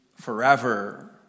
forever